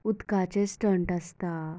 उदकाचे स्टंट आसता